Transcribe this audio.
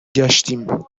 گشتیم